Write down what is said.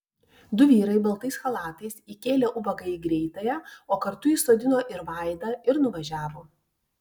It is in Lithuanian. du vyrai baltais chalatais įkėlė ubagą į greitąją o kartu įsodino ir vaidą ir nuvažiavo